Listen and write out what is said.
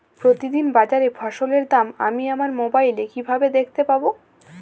প্রতিদিন বাজারে ফসলের দাম আমি আমার মোবাইলে কিভাবে দেখতে পাব?